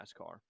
NASCAR